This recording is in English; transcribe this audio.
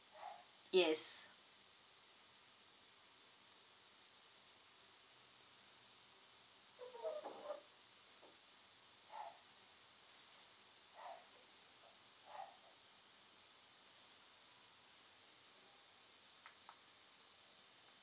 yes